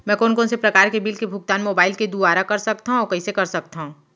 मैं कोन कोन से प्रकार के बिल के भुगतान मोबाईल के दुवारा कर सकथव अऊ कइसे कर सकथव?